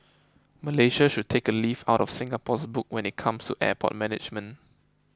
Malaysia should take a leaf out of Singapore's book when it comes to airport management